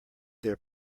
their